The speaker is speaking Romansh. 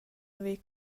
haver